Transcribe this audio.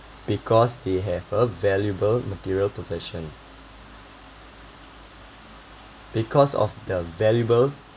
because they have a valuable material possession because of the valuable